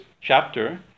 chapter